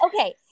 Okay